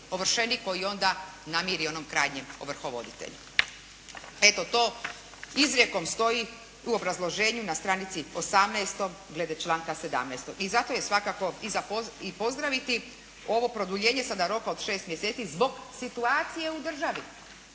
koji onda namiri onom krajnjem ovrhovoditelju. Eto to izrijekom stoji u obrazloženju na stranici 18. glede članka 17. i zato je svakako i za pozdraviti ovo produljenje sada roka od 6 mjeseci zbog situacije u državi